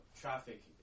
traffic